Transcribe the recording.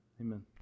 Amen